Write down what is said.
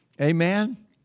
Amen